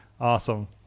Awesome